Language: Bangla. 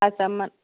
আচ্ছা